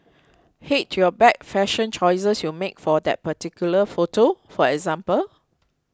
hate your bad fashion choices you made for that particular photo for example